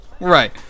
Right